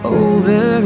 over